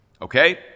Okay